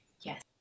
Yes